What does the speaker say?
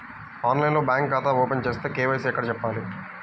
ఆన్లైన్లో బ్యాంకు ఖాతా ఓపెన్ చేస్తే, కే.వై.సి ఎక్కడ చెప్పాలి?